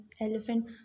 elephant